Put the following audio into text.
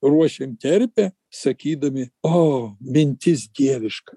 ruošėm terpę sakydami o mintis dieviška